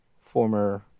former